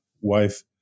wife